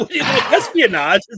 Espionage